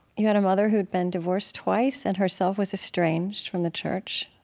you had a mother, who had been divorced twice and herself was estranged from the church,